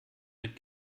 mit